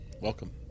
Welcome